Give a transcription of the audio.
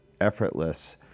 effortless